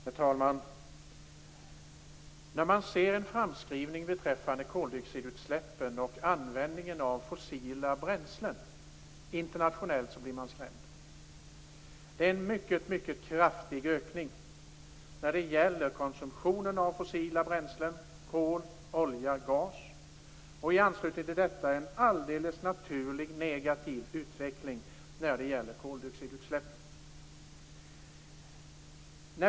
Herr talman! När man ser framskrivningen beträffande koldioxidutsläppen och användningen av fossila bränslen internationellt blir man skrämd. Det är en mycket kraftig ökning av konsumtionen av fossila bränslen, kol, olja och gas, och i anslutning till detta en alldeles naturlig negativ utveckling när det gäller koldioxidutsläppen.